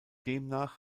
demnach